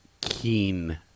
keen